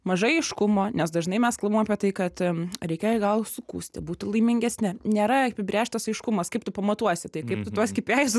mažai aiškumo nes dažnai mes kalbam apie tai kad reikia gal sukūsti būti laimingesni nėra apibrėžtas aiškumas kaip tu pamatuosi tai kaip tu tuos kipiaisus